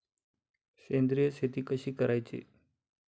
सेंद्रिय शेती कशी करायची?